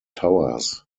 towers